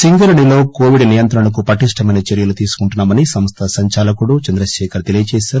సింగరేణి లో కోవిడ్ నియంత్రణకు పటిష్టమైన చర్యలు తీసుకుంటున్నా మని సంస్గ సంచాలకుడు చంద్రశేఖర్ తెలియచేశారు